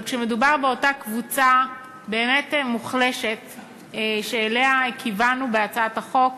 אבל כשמדובר באותה קבוצה באמת מוחלשת שאליה כיוונו בהצעת החוק,